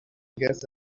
guess